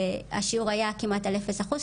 השיעור היה כמעט על אפס אחוז.